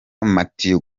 amatiyo